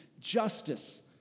justice